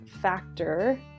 factor